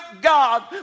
God